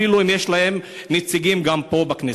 אפילו אם יש להם נציגים גם פה בכנסת.